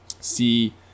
see